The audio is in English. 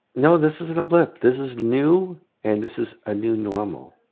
no this isn't a blip. this is new and this is a new normal.